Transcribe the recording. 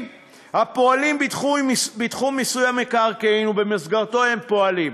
הפועלים בתחום מיסוי המקרקעין ובמסגרתו הם פועלים.